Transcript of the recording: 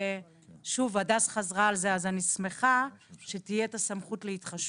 והדס חזרה על זה, שתהיה את הסמכות להתחשבות.